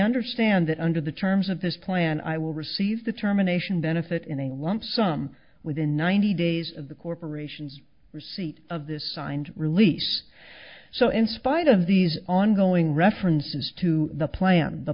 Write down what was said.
understand that under the terms of this plan i will receive determination benefit in a lump sum within ninety days of the corporation's receipt of this signed release so in spite of these ongoing references to the plan the